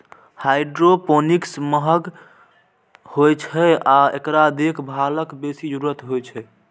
hydroponics महंग होइ छै आ एकरा देखभालक बेसी जरूरत होइ छै